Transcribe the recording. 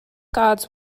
gods